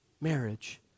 marriage